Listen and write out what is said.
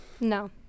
No